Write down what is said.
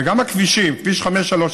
וגם הכבישים כביש 531